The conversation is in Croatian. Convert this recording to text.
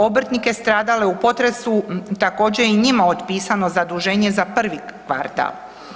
Obrtnike stradale u potresu također je i njima otpisano zaduženje za prvi kvartala.